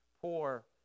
poor